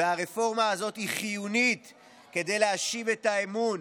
והרפורמה הזאת היא חיונית כדי להשיב את האמון,